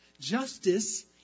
Justice